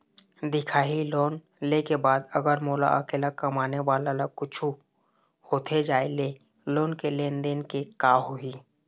दिखाही लोन ले के बाद अगर मोला अकेला कमाने वाला ला कुछू होथे जाय ले लोन के लेनदेन के का होही?